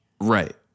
Right